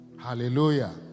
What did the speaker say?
hallelujah